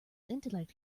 intellect